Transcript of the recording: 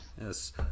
Yes